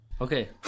okay